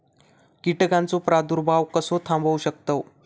कीटकांचो प्रादुर्भाव कसो थांबवू शकतव?